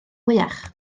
mwyach